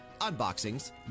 unboxings